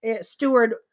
steward